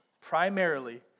primarily